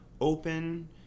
open